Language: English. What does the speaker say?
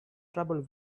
trouble